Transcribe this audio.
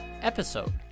episode